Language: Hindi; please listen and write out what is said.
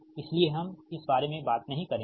इसलिए हम इस बारे में बात नहीं करेंगे